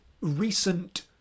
recent